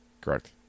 Correct